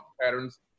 patterns